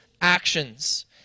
actions